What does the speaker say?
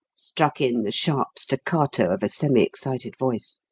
struck in the sharp staccato of a semi-excited voice.